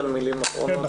תודה רבה.